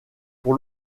pour